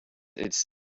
it’s